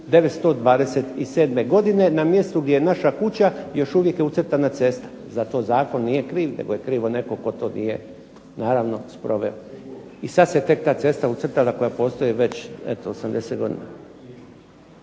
1927. godine na mjestu gdje je naša kuća još uvijek je ucrtana cesta. Za to zakon nije kriv, nego je kriv netko tko to nije naravno sproveo. I sad se tek ta cesta ucrtala koja postoji već eto 80 godina.